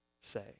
say